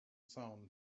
sound